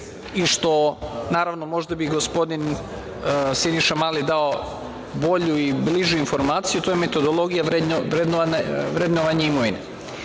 vama, naravno, možda bi gospodin Siniša Mali dao bolju i bližu informaciju, to je metodologija vrednovanja imovine.